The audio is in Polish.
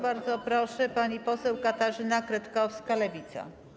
Bardzo proszę, pani poseł Katarzyna Kretkowska, Lewica.